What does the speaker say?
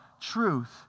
Truth